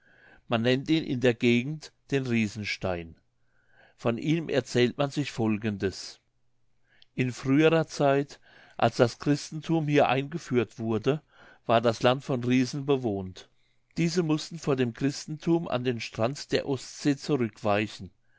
man nennt ihn in der gegend den riesenstein von ihm erzählt man sich folgendes in früherer zeit als das christenthum hier eingeführt wurde war das land von riesen bewohnt diese mußten vor dem christenthum an den strand der ostsee zurückweichen